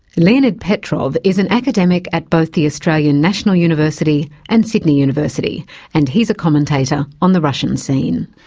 leonid petrov is an academic at both the australian national university and sydney university and he's a commentator on the russian scene.